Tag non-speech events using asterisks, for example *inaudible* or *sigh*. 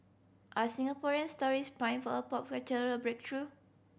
are Singaporean stories primed for a pop *unintelligible* breakthrough